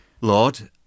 Lord